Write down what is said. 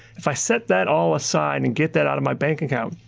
if i set that all aside and get that out of my bank account,